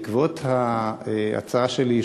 בעקבות ההצעה שלי,